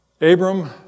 Abram